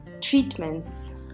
treatments